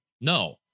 No